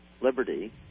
liberty